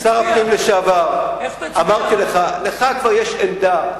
שר הפנים לשעבר, אמרתי לך שלך כבר יש עמדה.